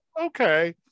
okay